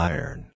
Iron